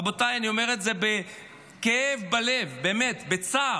רבותיי, אני אומר את זה בכאב לב, באמת בצער.